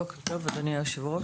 בוקר טוב לאדוני היושב ראש.